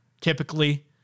typically